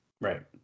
Right